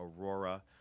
Aurora